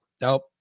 nope